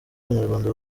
abanyarwanda